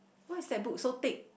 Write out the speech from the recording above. why is that book so thick